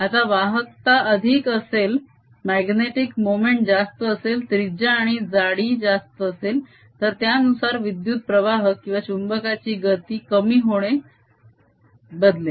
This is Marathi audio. आता वाहकता अधिक असेल माग्नेटीक मोमेंट जास्त असेल त्रिज्या आणि जाडी जास्त असेल तर त्यानुसार विद्युत प्रवाह किंवा चुंबकाची गती कमी होणे बदलेल